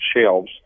shelves